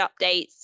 updates